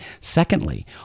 Secondly